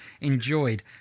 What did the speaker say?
enjoyed